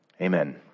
Amen